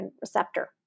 receptor